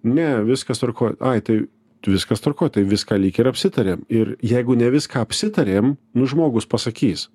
ne viskas tvarkoj ai tai viskas tvarkoj tai viską lyg ir apsitarėm ir jeigu ne viską apsitarėm žmogus pasakys